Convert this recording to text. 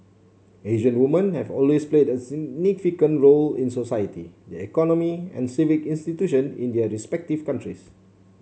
Asian women have always played a significant role in society the economy and civic institution in their respective countries